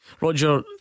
Roger